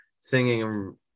singing